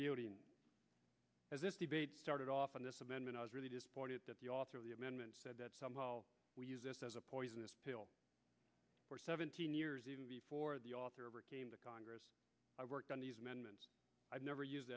as this debate started off on this amendment i was really disappointed that the author of the amendment said that somehow we use this as a poisonous pill for seventeen years before the author of the congress i worked on these amendments i've never used